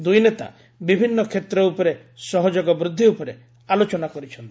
ଦୁଇ ନେତା ବିଭିନ୍ନ କ୍ଷେତ୍ର ଉପରେ ସହଯୋଗ ବୃଦ୍ଧି ଉପରେ ଆଲୋଚନା କରିଛନ୍ତି